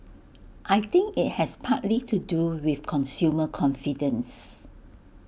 I think IT has partly to do with consumer confidence